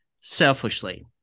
selfishly